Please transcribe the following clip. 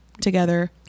together